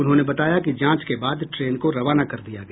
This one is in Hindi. उन्होंने बताया कि जांच के बाद ट्रेन को रवाना कर दिया गया